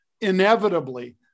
inevitably